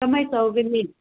ꯀꯃꯥꯏꯅ ꯇꯧꯒꯅꯤ